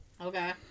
Okay